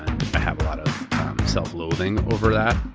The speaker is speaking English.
yeah but self-loathing over that.